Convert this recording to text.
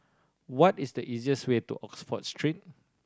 what is the easiest way to Oxford Street